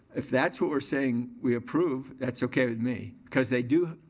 if that's what we're saying we approve, that's okay with me because they do,